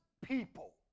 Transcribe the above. people